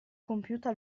compiuta